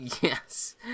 Yes